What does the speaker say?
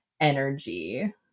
energy